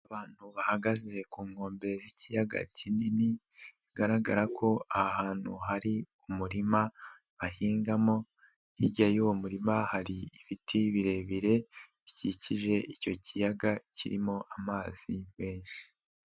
Abantu bahagaze ku nkombe z'ikiyaga kinini, bigaragara ko ahantu hari umurima bahingamo, hirya y'uwo murima hari ibiti birebire bikikije icyo kiyaga kirimo amazi menshi.